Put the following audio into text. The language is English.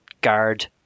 guard